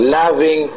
loving